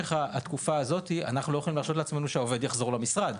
במשך התקופה הזאת אנחנו לא יכולים להרשות לעצמנו שהעובד יחזור למשרד.